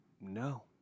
No